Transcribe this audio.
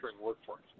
workforce